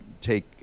take